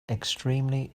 extremely